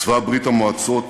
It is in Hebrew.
צבא ברית-המועצות